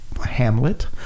Hamlet